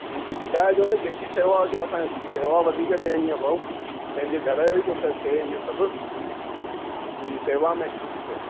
जी जी ॿुधाइजो न जेकी बि सेवा हुजे असांखे सेवा वधीक ॾियणी आहे भाऊ पंहिंजे घर जो थो थिए इहो सभु जी सेवा में